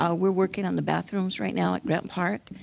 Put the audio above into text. ah we're working on the bathrooms right now at grant park.